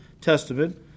Testament